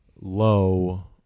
low